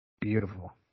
Beautiful